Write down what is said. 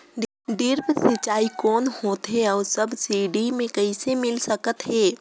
Drip सिंचाई कौन होथे अउ सब्सिडी मे कइसे मिल सकत हे?